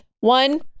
One